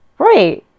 Right